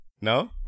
no